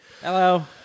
Hello